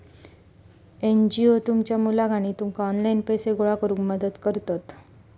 NGO तुमच्या मुलाक आणि तुमका ऑनलाइन पैसे गोळा करूक मदत करतत